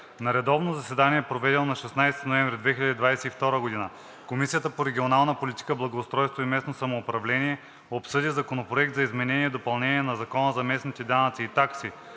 На редовно заседание, проведено на 16 ноември 2022 г., Комисията по регионална политика, благоустройство и местно самоуправление обсъди Законопроект за изменение и допълнение на Закона за местните данъци и такси,